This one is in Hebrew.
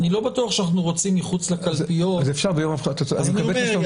אני לא בטוח שאנחנו רוצים מחוץ לקלפיות --- אני מקבל את מה שאתה אומר.